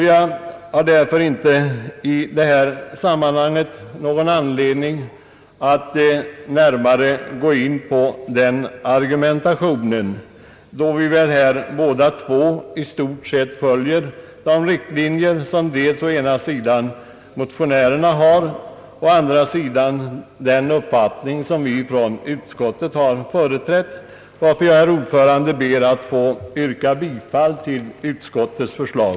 Jag har därför i detta sammanhang ingen anledning att närmare gå in på den argumentationen, Vi följer väl här i stort sett båda två de riktlinjer som å ena sidan motionärerna har och å den andra den uppfattning som utskottet företräder. Jag ber därför, herr talman, att få yrka bifall till utskottets förslag.